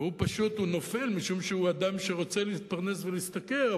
ופשוט הוא נופל משום שהוא אדם שרוצה להתפרנס ולהשתכר,